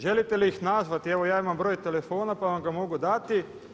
Želite li ih nazvati, evo ja imam broj telefona pa vam ga mogu dati.